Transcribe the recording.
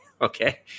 okay